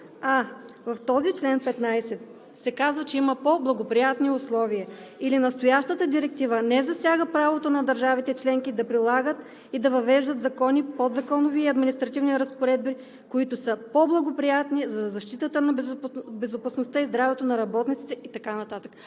и него?! В чл. 15 се казва, че има по-благоприятни условия и че настоящата директива не засяга правото на държавите членки да прилагат и да въвеждат закони, подзаконови и административни разпоредби, които са по-благоприятни за защитата на безопасността и здравето на работниците, и така нататък.